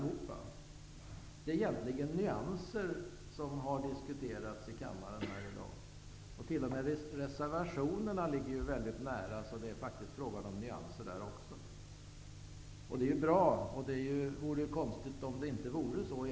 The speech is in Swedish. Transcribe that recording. Det är nyanser som har diskuterats i kammaren i dag. Det är t.o.m. så att det som uttrycks i reservationerna ligger väldigt nära skrivningen i betänkandet. Det är bra. Det vore konstigt om det inte var så.